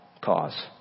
cause